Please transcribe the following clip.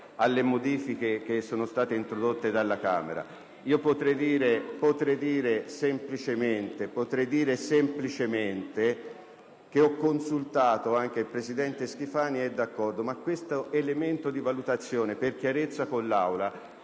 alle modifiche che sono state introdotte dalla Camera. Potrei dire semplicemente - ho consultato il presidente Schifani ed egli è d'accordo - che questo elemento di valutazione, per chiarezza con l'Aula,